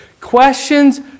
questions